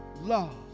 Love